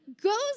goes